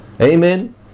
Amen